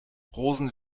rosen